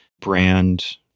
brand